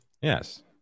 yes